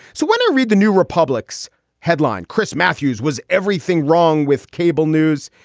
so when i read the new republic's headline, chris matthews was everything wrong with cable news?